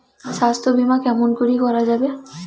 স্বাস্থ্য বিমা কেমন করি করা যাবে?